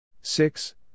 Six